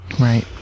right